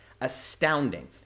Astounding